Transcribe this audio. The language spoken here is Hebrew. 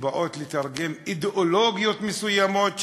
שבאות לתרגם אידיאולוגיות מסוימות,